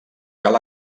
cal